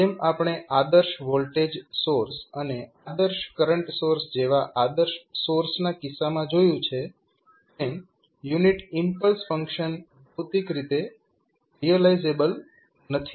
જેમ આપણે આદર્શ વોલ્ટેજ સોર્સ અને આદર્શ કરંટ સોર્સ જેવા આદર્શ સોર્સના કિસ્સામાં જોયું છે તેમ યુનિટ ઈમ્પલ્સ ફંક્શન ભૌતિક રીતે રિયલાઈઝેબલ નથી